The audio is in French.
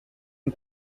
une